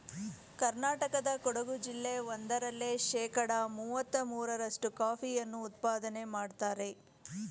ಕರ್ನಾಟಕದ ಕೊಡಗು ಜಿಲ್ಲೆ ಒಂದರಲ್ಲೇ ಶೇಕಡ ಮುವತ್ತ ಮೂರ್ರಷ್ಟು ಕಾಫಿಯನ್ನು ಉತ್ಪಾದನೆ ಮಾಡ್ತರೆ